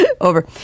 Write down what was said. over